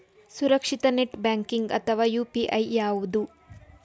ಸುರಕ್ಷಿತ net banking ಅಥವಾ UPI ಯಾವುದು?